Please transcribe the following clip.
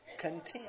content